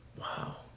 Wow